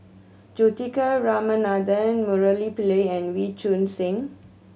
Juthika Ramanathan Murali Pillai and Wee Choon Seng